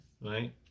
right